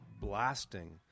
blasting